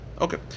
okay